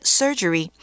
surgery